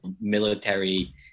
military